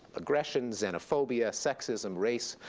aggression, xenophobia, sexism, race,